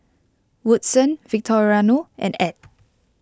Woodson Victoriano and Add